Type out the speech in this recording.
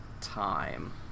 time